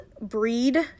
breed